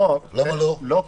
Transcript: לא,